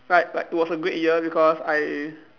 like like it was a great year because I